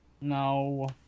No